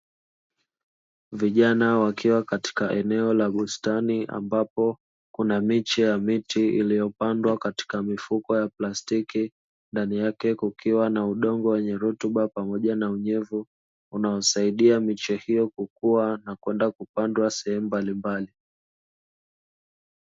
Vijana wakiwa katika eneo la bustani, ambapo kuna miche ya miti iliyopandwa katika mifuko ya plastiki, ndani yake kukiwa na udongo wenye rutuba pamoja na unyevu, unaosaidia miche hiyo kukua na kwenda kupandwa sehemu mbalimbali.